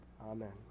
Amen